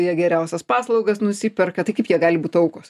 jie geriausias paslaugas nusiperka tai kaip jie gali būt aukos